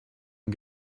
and